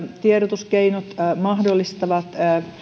tiedotuskeinot mahdollistavat